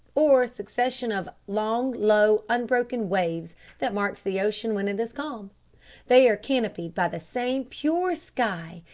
or succession of long low unbroken waves that marks the ocean when it is calm they are canopied by the same pure sky,